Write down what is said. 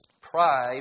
Pride